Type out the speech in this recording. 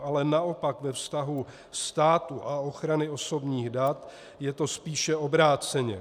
Ale naopak ve vztahu státu a ochrany osobních dat je to spíše obráceně.